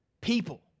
People